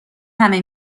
همه